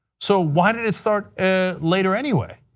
so why did it start ah later anyway?